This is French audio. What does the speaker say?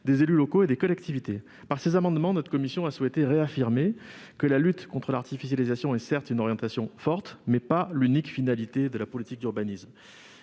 des élus locaux et des collectivités. Au travers de ses amendements, notre commission a souhaité réaffirmer que la lutte contre l'artificialisation est, certes, une orientation forte, mais qu'elle n'est pas l'unique finalité de la politique d'urbanisme.